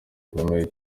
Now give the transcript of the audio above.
gikomeye